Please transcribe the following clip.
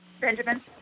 Benjamin